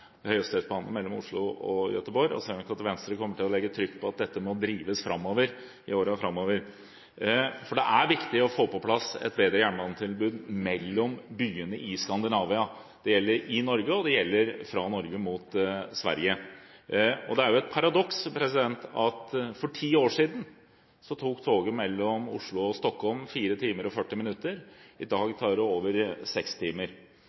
Oslo og Göteborg, og ser nok at Venstre kommer til å legge trykk på at dette må drives framover i årene framover. Det er viktig å få på plass et bedre jernbanetilbud mellom byene i Skandinavia. Det gjelder i Norge, og det gjelder fra Norge mot Sverige. Det er jo et paradoks at for 10 år siden tok toget mellom Oslo og Stockholm 4 timer og 40 minutter, mens det i dag tar over 6 timer.